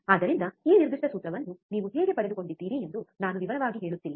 ಆದ್ದರಿಂದ ಈ ನಿರ್ದಿಷ್ಟ ಸೂತ್ರವನ್ನು ನೀವು ಹೇಗೆ ಪಡೆದುಕೊಂಡಿದ್ದೀರಿ ಎಂದು ನಾನು ವಿವರವಾಗಿ ಹೇಳುತ್ತಿಲ್ಲ